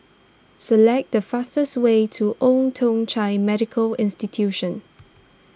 select the fastest way to Old Thong Chai Medical Institution